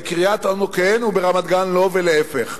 שבקריית-אונו כן וברמת-גן לא, ולהיפך.